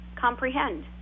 comprehend